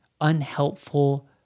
unhelpful